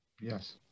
Yes